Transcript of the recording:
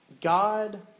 God